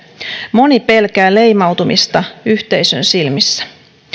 moni pelkää leimautumista yhteisön silmissä